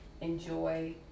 enjoy